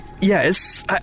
yes